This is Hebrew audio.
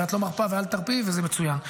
הרי את לא מרפה ואל תרפי, וזה מצוין.